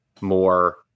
more